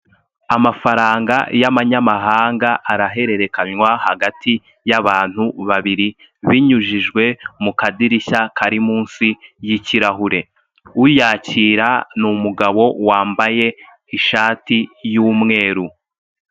Amafaranga y'amanyamahanga arahererekanwa hagati y'abantu babiri binyujijwe mu kadirishya kari munsi y'ikirahure, uyakira ni umugabo wambaye ishati y'umweru.